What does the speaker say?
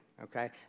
Okay